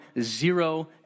zero